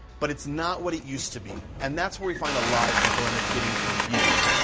but it's not what it used to be. and that's where you find a lot of people end up getting confused.